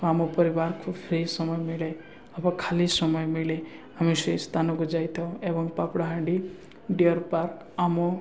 ଆମ ପରିବାରକୁ ଫ୍ରୀ ସମୟ ମିଳେ ବା ଖାଲି ସମୟ ମିଳେ ଆମେ ସେଇ ସ୍ଥାନକୁ ଯାଇଥାଉ ଏବଂ ଡ଼ିଅର୍ ପାର୍କ ଆମ